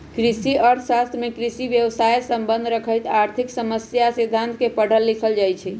कृषि अर्थ शास्त्र में कृषि व्यवसायसे सम्बन्ध रखैत आर्थिक समस्या आ सिद्धांत के पढ़ल लिखल जाइ छइ